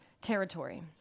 territory